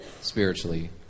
spiritually